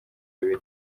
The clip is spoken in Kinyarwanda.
bibiri